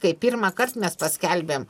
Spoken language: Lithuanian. kai pirmąkart mes paskelbėm